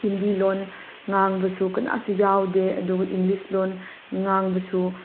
ꯍꯤꯟꯗꯤ ꯂꯣꯟ ꯉꯥꯡꯕꯁꯨ ꯀꯅꯥꯁꯨ ꯌꯥꯎꯗꯦ ꯑꯗꯨꯒ ꯏꯪꯂꯤꯁ ꯂꯣꯟ ꯉꯥꯡꯕꯁꯨ